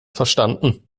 verstanden